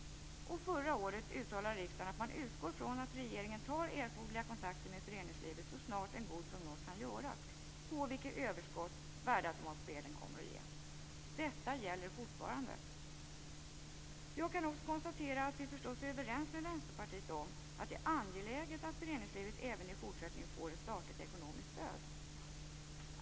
Förra året uttalade riksdagen att man utgår från att regeringen tar erforderliga kontakter med föreningslivet så snart en god prognos kan göras om vilket överskott värdeautomatspelen kommer att ge. Detta gäller fortfarande. Jag kan också konstatera att vi förstås är överens med Vänsterpartiet om att det är angeläget att föreningslivet även i fortsättningen får ett statligt ekonomiskt stöd.